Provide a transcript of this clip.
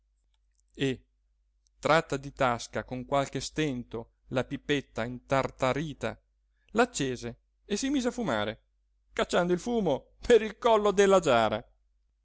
e tratta di tasca con qualche stento la pipetta intartarita l'accese e si mise a fumare cacciando il fumo per il collo della giara